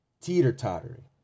teeter-tottering